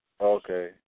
Okay